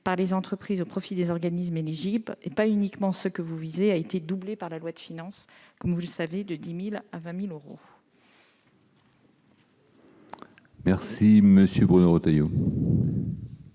par les entreprises au profit des organismes éligibles, et pas uniquement de ceux que vous visez, a été doublé par la loi de finances : il est passé de 10 000 à 20 000 euros. Monsieur Retailleau,